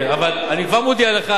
אבל אני כבר מודיע לך,